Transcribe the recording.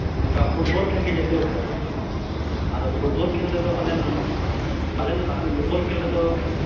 ᱱᱚᱝᱠᱟ ᱯᱷᱩᱴᱵᱚᱞ ᱠᱷᱮᱹᱞ ᱜᱮ ᱡᱟᱹᱥᱛᱤ ᱠᱚ ᱠᱷᱮᱹᱞᱮᱜᱼᱟ ᱟᱫᱚ ᱯᱷᱩᱴᱵᱚᱞ ᱠᱷᱮᱹᱞ ᱨᱮᱫᱚ ᱯᱟᱞᱮᱱ ᱯᱟᱞᱮᱱ ᱫᱚ ᱵᱟ ᱯᱷᱩᱴᱵᱚᱞ ᱠᱷᱮᱹᱞ ᱨᱮᱫᱚ